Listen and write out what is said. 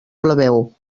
plebeu